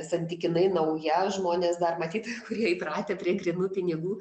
santykinai nauja žmonės dar matyt kurie įpratę prie grynų pinigų